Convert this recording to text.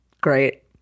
Great